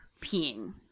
peeing